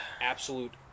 absolute